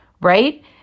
right